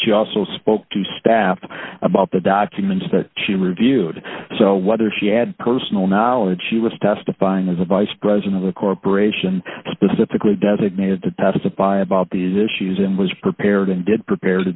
she also spoke to staff about the documents that she reviewed so whether she had personal knowledge she was testifying as a vice president of the corporation specifically designated to testify about these issues and was prepared and did prepare to